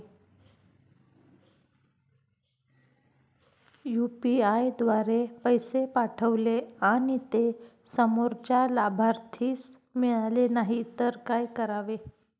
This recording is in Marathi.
यु.पी.आय द्वारे पैसे पाठवले आणि ते समोरच्या लाभार्थीस मिळाले नाही तर काय करावे?